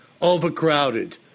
overcrowded